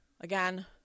again